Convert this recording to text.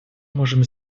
можем